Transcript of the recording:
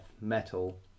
metal